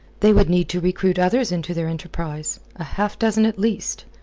they would need to recruit others into their enterprise, a half-dozen at least,